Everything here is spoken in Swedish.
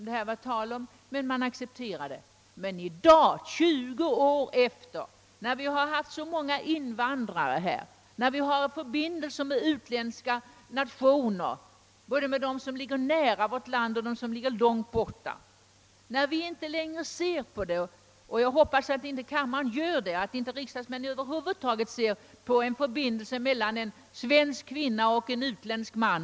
Det är dock märkligt att den kvarstår i dag, 20 år efteråt, när vi fått så många invandrare i vårt land och har så livliga förbindelser med andra nationer, både näraliggande och mera avlägsna. Vi har i dag en annan syn — jag hoppas att den delas av kammarens och av riksdagens ledamöter över huvud taget — på en förbindelse mellan en svensk kvinna och en utländsk man.